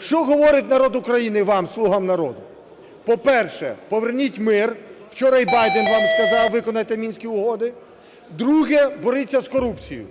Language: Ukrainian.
Що говорить народ України вам, "слугам народу"? По-перше, поверніть мир. Вчора і Байден вам сказав: виконайте Мінські угоди. Друге – боріться з корупцією.